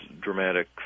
dramatic